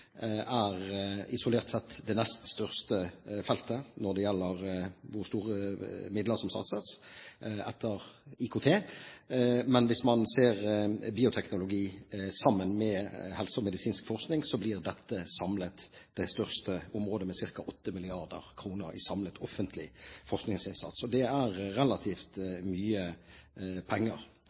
helseforskning isolert sett er det nest største feltet etter IKT når det gjelder hvor store midler som satses. Men hvis man ser bioteknologi sammen med helseforskning og medisinsk forskning, blir dette samlet det største området, med ca. 8 mrd. kr i samlet offentlig forskningsinnsats. Det er relativt mye penger.